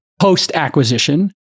post-acquisition